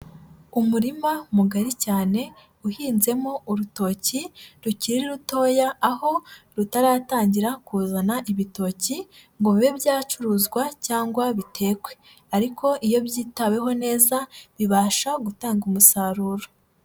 Umurima mugari cyane, uhinzemo urutoki rukiri rutoya, aho rutaratangira kuzana ibitoki ngo bibe byacuruzwa cyangwa bitekwe ariko iyo byitaweho neza, bibasha gutanga umusaruro.